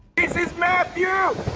this is matthew.